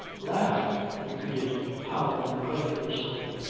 laughed, repeated powell incredulously.